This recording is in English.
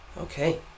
Okay